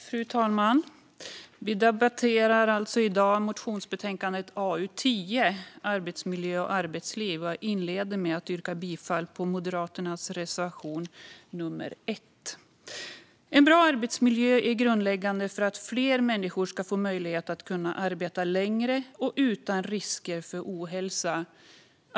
Fru talman! Vi debatterar i dag motionsbetänkandet AU10 Arbetsmiljö och arbetstid . Jag inleder med att yrka bifall till Moderaternas reservation nummer 1. En bra arbetsmiljö är grundläggande för att fler människor ska få möjlighet att arbeta längre och utan risker för ohälsa.